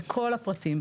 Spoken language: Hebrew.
בכל הפרטים,